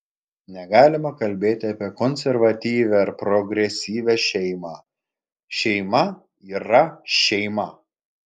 negalima kalbėti apie konservatyvią ar progresyvią šeimą šeima yra šeima